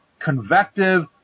convective